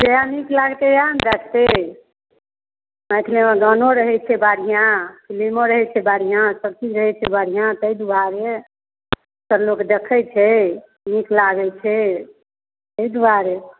जहए नीक लागतै ओएह ने देखतै मैथिलीमे गानो रहैत छै बढ़िआँ फिलिमो रहैत छै बढ़िआँ सब चीज रहैत छै बढ़िआँ ताहि दुआरे लोक देखैत छै नीक लागैत छै ताहि दुआरे